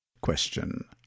Question